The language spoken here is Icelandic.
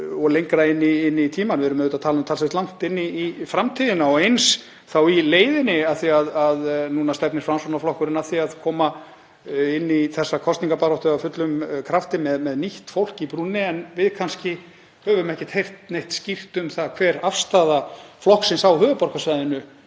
og lengra inn í tímann. Við erum auðvitað að tala um talsvert langt inn í framtíðina. Og eins þá í leiðinni, af því að núna stefnir Framsóknarflokkurinn að því að koma inn í þessa kosningabaráttu af fullum krafti með nýtt fólk í brúnni, en við höfum kannski ekki heyrt neitt skýrt um það hver afstaða flokksins á höfuðborgarsvæðinu